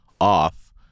off